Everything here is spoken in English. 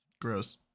gross